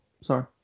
sorry